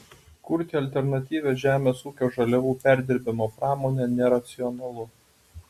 kurti alternatyvią žemės ūkio žaliavų perdirbimo pramonę neracionalu